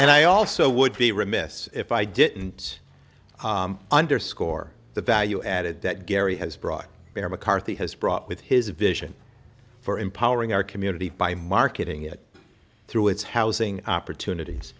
and i also would be remiss if i didn't underscore the value added that gary has brought there mccarthy has brought with his vision for empowering our community by marketing it through its housing opportunities